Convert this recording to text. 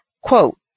quote